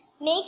Make